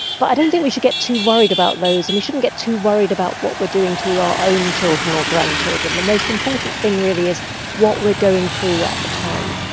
but i don't think we should get too worried about those, and we shouldn't get too worried about what we are doing to our own children or grandchildren. the most important thing really is what we are going through at the time.